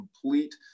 complete